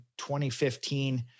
2015